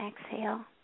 exhale